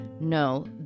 no